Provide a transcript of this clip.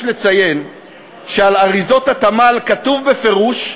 יש לציין שעל אריזות התמ"ל כתוב בפירוש,